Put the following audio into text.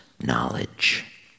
knowledge